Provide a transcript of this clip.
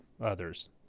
others